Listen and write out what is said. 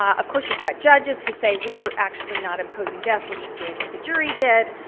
of course you've got judges who say, we're actually not imposing death. we're just doing what the jury did.